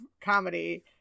comedy